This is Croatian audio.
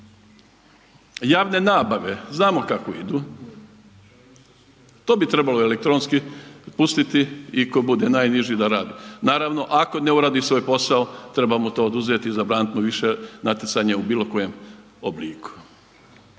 Javne nabave, znamo kako idu. To bi trebalo elektronski pustiti i ko bude najniži da radi. Naravno ako ne uradi svoj posao treba mu to oduzeti i zabraniti više natjecanje u bilo kojem obliku.